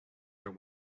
her